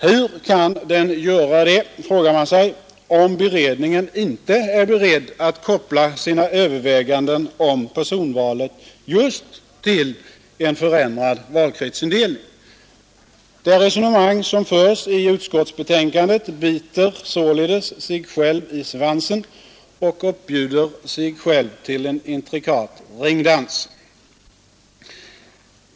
Hur kan den göra det, om beredningen inte är beredd att koppla sina överväganden om personval just till en förändrad valkretsindelning? Det resonemang som förs i utskottsbetänkandet biter således sig själv i svansen och uppbjuder sig själv till en intrikat ringdans.